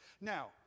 Now